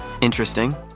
Interesting